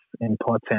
important